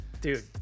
Dude